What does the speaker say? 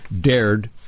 dared